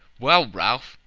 well, ralph,